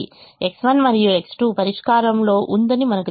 X1 మరియు X2 పరిష్కారం పరిష్కారంలో ఉందని మనకు తెలుసు